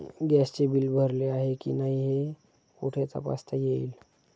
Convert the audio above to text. गॅसचे बिल भरले आहे की नाही हे कुठे तपासता येईल?